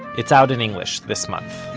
it's out in english this month